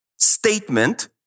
statement